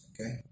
okay